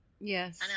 Yes